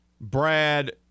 Brad